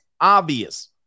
obvious